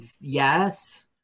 yes